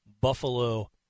Buffalo